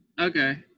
Okay